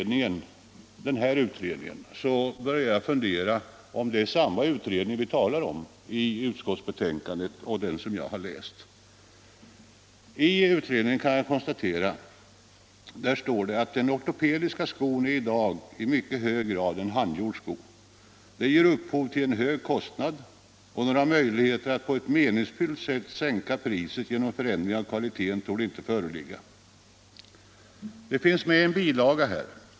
När jag har läst den här utredningen har jag emellertid börjat fundera på om den är densamma som det talas om i utskottsbetänkandet. I utredningen står det: ”Den ortopediska skon är i dag i mycket hög grad en handgjord sko. --- Detta ger upphov till en hög kostnad. - Några möjligheter att på ett meningsfyllt sätt sänka priset genom förändringar av kvaliteten torde således ej föreligga.” Det finns med en bilaga.